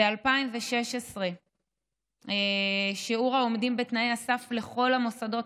ב-2016 שיעור העומדים בתנאי הסף לכל המוסדות